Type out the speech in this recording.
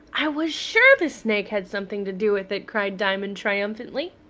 i was sure the snake had something to do with it, cried diamond triumphantly.